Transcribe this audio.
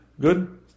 Good